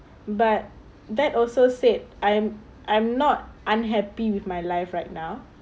but that also said I am I'm not unhappy with my life right now